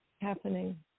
happening